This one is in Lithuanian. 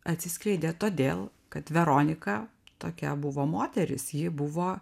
atsiskleidė todėl kad veronika tokia buvo moteris ji buvo